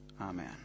amen